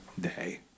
day